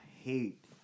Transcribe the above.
hate